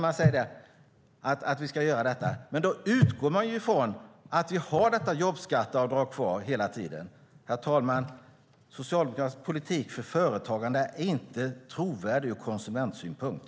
Men då utgår man ju från att vi har detta jobbskatteavdrag kvar hela tiden. Herr talman! Socialdemokratisk politik för företagande är inte trovärdig ur konsumentsynpunkt.